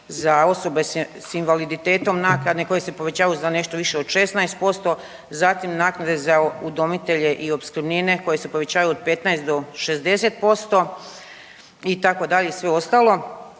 za osobe s invaliditetom naknade koje se povećavaju za nešto više od 16%, zatim naknade za udomitelje i opskrbnine koje se povećavaju od 15 do 60% itd. i sve ostalo.